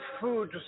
food